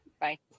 Bye